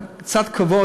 אז אנא, קצת כבוד.